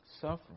suffering